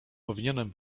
powinienem